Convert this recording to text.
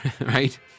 right